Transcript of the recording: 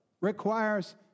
requires